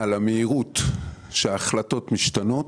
על המהירות שהחלטות משתנות,